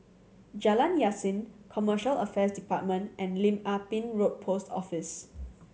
Jalan Yasin Commercial Affairs Department and Lim Ah Pin Road Post Office